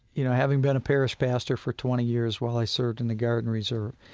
you know, having been a parish pastor for twenty years while i served in the guard and reserve,